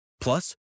Plus